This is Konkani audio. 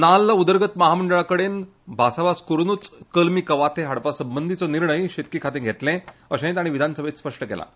नाल्ल उदरगत मंडळाकडेन भासाभास करूनच कलमी कवाथे हाडपा संबंधीचो निर्णय शेतकी खातें घेतलें अशेंय तांणी विधानसभेंत स्पश्ट केलां